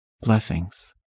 Blessings